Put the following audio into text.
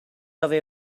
away